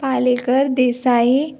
Palekar Desai